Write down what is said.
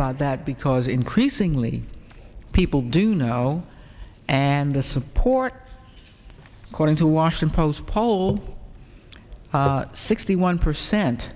about that because increasingly people do know and the support according to washington post poll sixty one percent